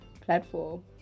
platform